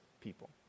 people